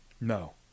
No